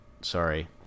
sorry